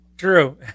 True